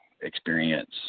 experience